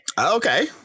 Okay